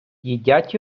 їдять